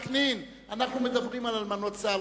אנחנו מדברים על אלמנות צה"ל.